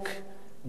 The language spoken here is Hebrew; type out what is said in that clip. גמלאות